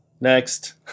next